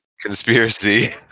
conspiracy